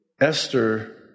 Esther